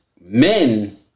men